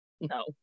No